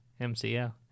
MCL